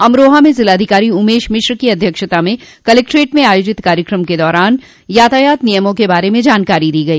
अमरोहा में जिलाधिकारी उमेश मिश्र की अध्यक्षता में कलेक्ट्रेट में आयोजित कार्यक्रम के दौरान यातायात नियमों के बारे में जानकारी दी गई